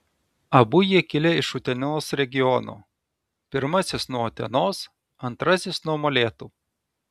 abu jie kilę iš utenos regiono pirmasis nuo utenos antrasis nuo molėtų